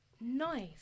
Nice